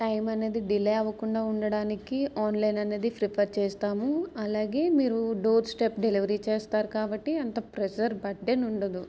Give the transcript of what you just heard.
time అనేది delay అవకుండా ఉండడానికి ఆన్లైన్ అనేది ప్రిఫర్ చేస్తాము అలాగే మీరు డోర్ స్టెప్ డెలివరీ చేస్తారు కాబట్టి అంత ప్రెజర్ బర్డెన్ ఉండదు